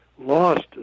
lost